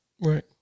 Right